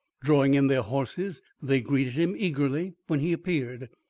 drawing in their horses, they greeted him eagerly when he appeared.